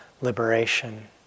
liberation